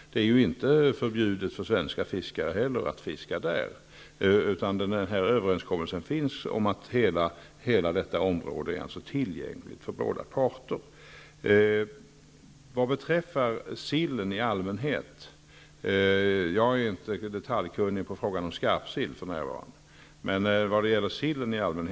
Det är ju inte förbjudet för svenska fiskare att fiska där. Det finns en överenskommelse om att hela detta område är tillgängligt för båda parter. Vad beträffar sillen i allmänhet, är jag inte för närvarande detaljkunnig när det gäller frågan om skarpsill.